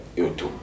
YouTube